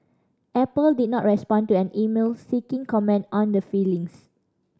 apple did not respond to an email seeking comment on the filings